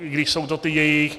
i když jsou to ty jejich.